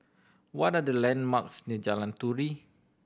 what are the landmarks near Jalan Turi